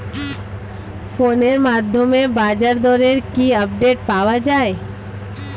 ফোনের মাধ্যমে বাজারদরের কি আপডেট পাওয়া যায়?